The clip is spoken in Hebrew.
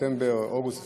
אוגוסט וספטמבר,